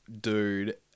dude